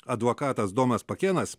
advokatas domas pakėnas